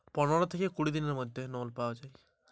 আমি কতদিনের মধ্যে লোন পাব?